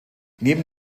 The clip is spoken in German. neben